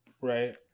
right